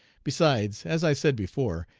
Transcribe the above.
besides, as i said before,